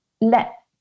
let